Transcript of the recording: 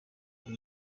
iyi